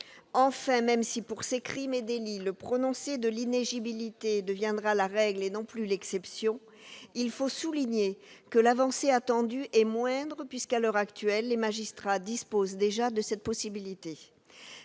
Enfin, même si, pour ces crimes et délits, le prononcé de l'inéligibilité deviendra la règle et non plus l'exception, il faut souligner que l'avancée attendue est moindre, puisque, à l'heure actuelle, les magistrats disposent déjà de cette possibilité.